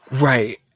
right